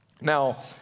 Now